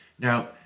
Now